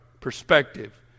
perspective